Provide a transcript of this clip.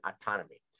autonomy